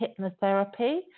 hypnotherapy